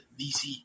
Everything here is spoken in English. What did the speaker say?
DC